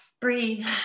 breathe